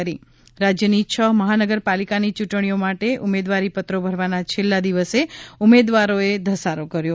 ઃ રાજ્યની છ મહાનગરપાલિકાની ચૂંટણીઓ માટે ઉમેદવારી પત્રો ભરવાના છેલ્લા દિવસે ઉમેદવારોએ ધસારો કર્યો